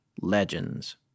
legends